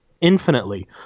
infinitely